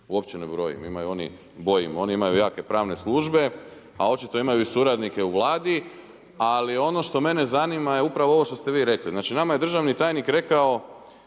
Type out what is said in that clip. Ja se tu za njih uopće ne bojim, oni imaju jake pravne službe, a očito imaju suradnike u Vladi. Ali ono što mene zanima je upravo ovo što ste vi rekli, znači nama je državni tajnik rekao